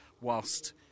whilst